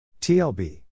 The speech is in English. TLB